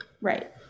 Right